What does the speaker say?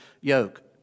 yoke